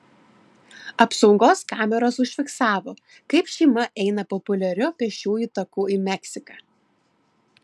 apsaugos kameros užfiksavo kaip šeima eina populiariu pėsčiųjų taku į meksiką